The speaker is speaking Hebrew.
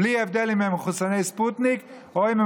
בלי הבדל אם הם מחוסני ספוטניק או אם הם